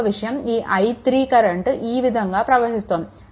మరొక విషయం ఈ i3 కరెంట్ ఈ విధంగా ప్రవహిస్తోంది